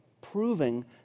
proving